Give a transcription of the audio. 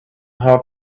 how